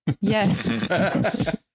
Yes